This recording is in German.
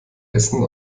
essen